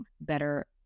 better